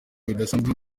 bidasanzwe